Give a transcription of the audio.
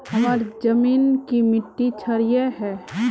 हमार जमीन की मिट्टी क्षारीय है?